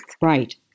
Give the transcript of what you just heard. Right